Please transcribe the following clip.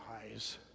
eyes